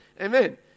Amen